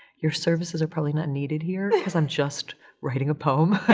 your services are probably not needed here because i'm just writing a poem.